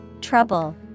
Trouble